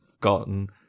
gotten